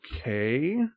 Okay